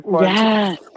Yes